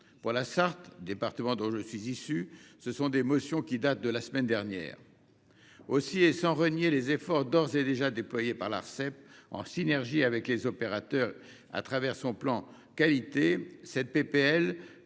Dans la Sarthe, département dont je suis élu, ces motions datent de la semaine dernière ! Aussi, et sans renier les efforts d'ores et déjà fournis par l'Arcep en synergie avec les opérateurs à travers son plan qualité, la